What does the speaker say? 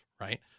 right